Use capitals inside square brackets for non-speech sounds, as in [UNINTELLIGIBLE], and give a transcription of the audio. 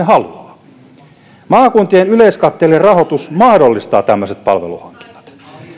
[UNINTELLIGIBLE] haluavat maakuntien yleiskatteellinen rahoitus mahdollistaa tämmöiset palveluhankinnat